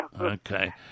Okay